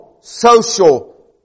social